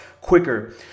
quicker